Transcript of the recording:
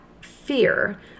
fear